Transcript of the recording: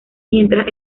mientras